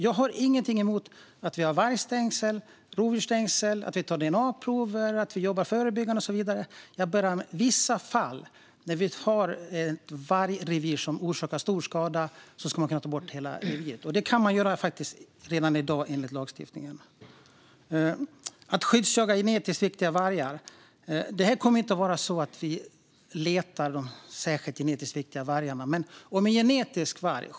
Jag har inget emot vargstängsel, rovdjursstängsel, att ta dna-prover, att jobba förebyggande och så vidare, men i vissa fall när det finns ett vargrevir som orsakar stor skada ska man kunna ta bort hela reviret. Det går att göra redan i dag enligt lagstiftningen. Sedan var det frågan om att skyddsjaga genetiskt viktiga vargar. Det kommer inte att vara så att vi letar efter genetiskt särskilt viktiga vargar.